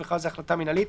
ובכלל זה החלטה מינהלית,